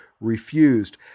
refused